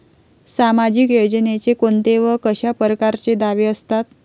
सामाजिक योजनेचे कोंते व कशा परकारचे दावे असतात?